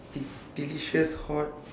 de~ delicious hot